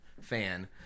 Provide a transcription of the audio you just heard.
fan